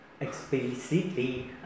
explicitly